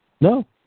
No